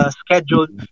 scheduled